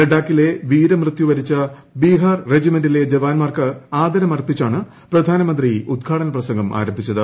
ലഡാക്കിൽ വീരമൃത്യു വരിച്ച ബിഹാർ റെജിമെന്റിലെ ജവാന്മാർക്ക് ആദരമർപ്പിച്ചാണ് പ്രധാനമന്ത്രി ഉദ്ഘാടന പ്രസംഗം ആരംഭിച്ചത്